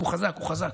הוא חזק, הוא חזק.